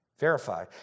Verify